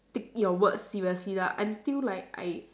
take your words seriously lah until like I